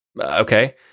Okay